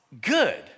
good